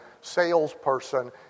salesperson